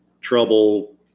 trouble